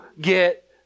get